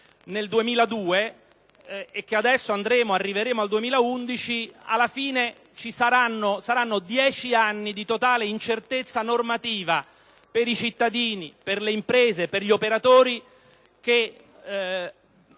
nel 2002 e che adesso arriveremo al 2011, ci saranno dieci anni di totale incertezza normativa per i cittadini, le imprese e gli operatori che